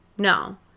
No